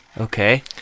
Okay